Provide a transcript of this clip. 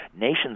nations